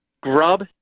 grub